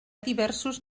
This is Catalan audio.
diversos